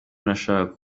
nashakaga